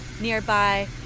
nearby